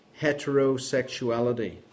heterosexuality